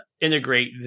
integrate